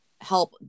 help